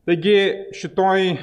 taigi šitoj